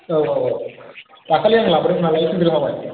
औ औ औ दाखालि आं लाबोदों नालाय सेन्देल हावाय